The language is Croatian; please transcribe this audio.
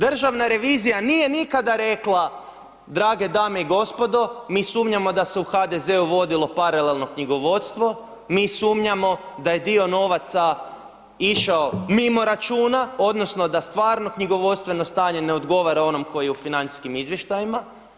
Državna revizija nije nikada rekla drage dame i gospodo, mi sumnjamo da se u HDZ-u vodilo paralelno knjigovodstvo, mi sumnjamo da je dio novaca išao mimo računa, odnosno da stvarno knjigovodstveno stanje ne odgovara onom koje je u financijskim izvještajima.